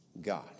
God